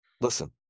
Listen